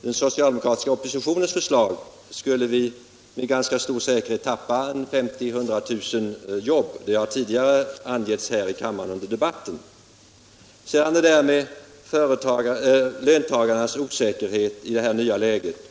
den socialdemokratiska oppositionens förslag skulle vi med ganska stor säkerhet tappa 50 000-100 000 jobb. Det har angetts här i kammaren tidigare under debatten. Herr Pettersson talar om löntagarnas osäkerhet i det nya läget.